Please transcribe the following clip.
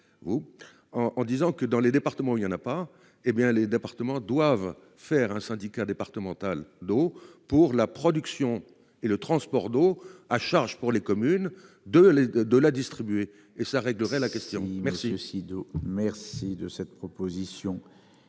en disant que dans les départements où il y en a pas, hé bien les départements doivent faire un syndicat départemental d'eau pour la production et le transport d'eau à charge pour les communes de de de la distribuer et ça règle. Après la question, merci aussi d'eau. Merci de cette proposition